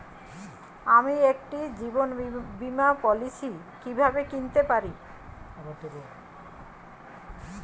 আমি একটি জীবন বীমা পলিসি কিভাবে কিনতে পারি?